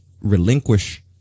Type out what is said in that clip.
relinquish